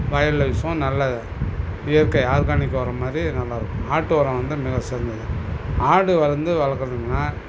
வயலில் வீசுவோம் நல்ல இயற்கை ஆர்கானிக் உரம் மாதிரி நல்லாருக்கும் ஆட்டு உரம் வந்து மிக சிறந்தது ஆடு வந்து வளர்க்குறதுங்கன்னா